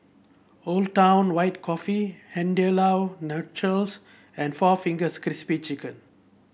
Old Town White Coffee Andalou Naturals and four Fingers Crispy Chicken